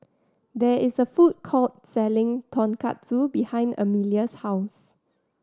there is a food court selling Tonkatsu behind Emelia's house